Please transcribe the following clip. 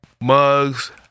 mugs